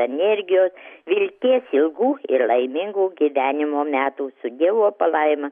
energijos vilties ilgų ir laimingų gyvenimo metų su dievo palaima